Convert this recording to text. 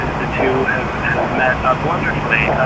the two have have met up wonderfully.